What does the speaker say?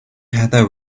heather